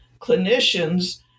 clinicians